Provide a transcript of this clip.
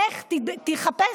לך תחפש,